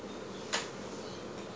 it was the whole time ah